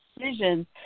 decisions